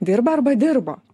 dirba arba dirbo